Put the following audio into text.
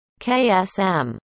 KSM